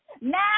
now